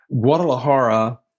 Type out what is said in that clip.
Guadalajara